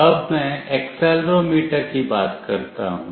अब मैं एक्सेलेरोमीटर की बात करता हूं